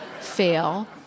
fail